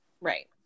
Right